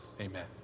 Amen